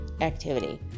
activity